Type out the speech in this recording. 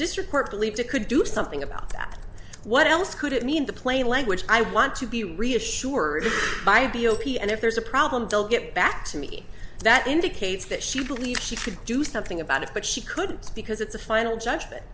district court believes it could do something about that what else could it mean the plain language i want to be reassured by the opi and if there's a problem deal get back to me that indicates that she believes she could do something about it but she couldn't because it's a final judgment